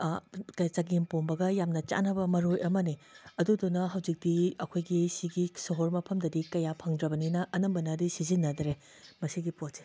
ꯆꯒꯦꯝꯄꯣꯝꯕꯒ ꯌꯥꯝꯅ ꯆꯥꯟꯅꯕ ꯃꯔꯣꯏ ꯑꯃꯅꯤ ꯑꯗꯨꯗꯨꯅ ꯍꯧꯖꯤꯛꯇꯤ ꯑꯩꯈꯣꯏꯒꯤ ꯁꯤꯒꯤ ꯁꯣꯍꯣꯔ ꯃꯐꯝꯗꯗꯤ ꯀꯌꯥ ꯐꯪꯗ꯭ꯔꯕꯅꯤꯅ ꯑꯅꯝꯕꯅꯗꯤ ꯁꯤꯖꯤꯟꯅꯗ꯭ꯔꯦ ꯃꯁꯤꯒꯤ ꯄꯣꯠꯁꯦ